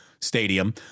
stadium